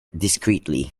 discreetly